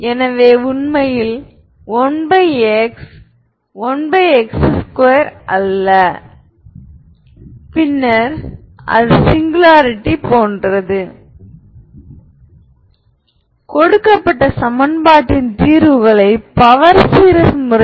எனவே உங்களிடம் λ ஒரு ஐகென் மதிப்பாக இருந்தால் அதாவது சிஸ்டம் A λI×X0 க்கான பூஜ்ஜியமற்ற தீர்வு உங்களிடம் உள்ளது